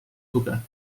tuge